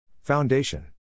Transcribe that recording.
Foundation